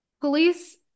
Police